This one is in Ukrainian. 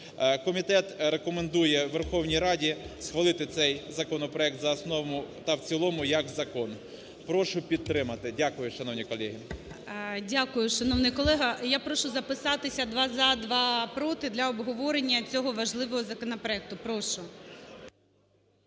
Комітет рекомендує Верховній Раді схвалити цей законопроект за основу та в цілому як закон. Прошу підтримати. Дякую, шановні колеги. ГОЛОВУЮЧИЙ. Дякую, шановний колего. Я прошу записатися два – "за", два – "проти" для обговорення цього важливого законопроекту. Прошу.